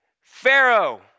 Pharaoh